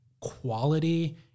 quality